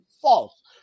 false